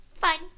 Fine